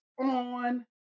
on